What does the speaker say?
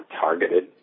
targeted